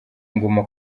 inguma